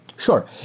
Sure